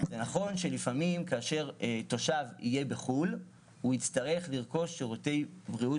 נכון שלפעמים כאשר תושב יהיה בחו"ל הוא יצטרך לרכוש שירותי בריאות